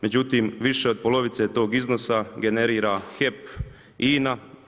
Međutim, više od polovice tog iznosa generira HEP, INA.